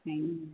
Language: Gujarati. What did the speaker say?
હં